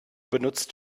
benutzt